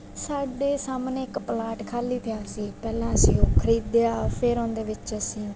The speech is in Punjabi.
ਸਾਡੇ ਸਾਹਮਣੇ ਇੱਕ ਪਲਾਟ ਖਾਲੀ ਪਿਆ ਸੀ ਪਹਿਲਾਂ ਅਸੀਂ ਉਹ ਖਰੀਦਿਆ ਫਿਰ ਉਹਦੇ ਵਿੱਚ ਅਸੀਂ